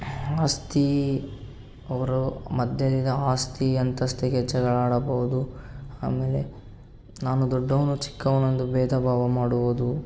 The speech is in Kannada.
ಆಸ್ತಿ ಅವರು ಮಧ್ಯದ ಆಸ್ತಿ ಅಂತಸ್ತಿಗೆ ಜಗಳ ಆಡಬಹುದು ಆಮೇಲೆ ನಾನು ದೊಡ್ಡವನು ಚಿಕ್ಕವನು ಎಂದು ಭೇದ ಭಾವ ಮಾಡುವುದು